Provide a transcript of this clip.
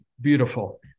beautiful